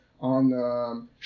on